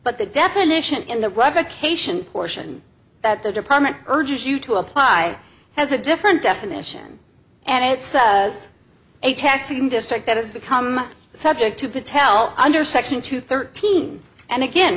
but the definition in the replication portion that the department urges you to apply has a different definition and it says a taxing district that has become subject to patel under section two thirteen and again